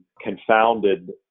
confounded